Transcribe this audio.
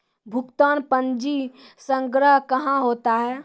भुगतान पंजी संग्रह कहां होता हैं?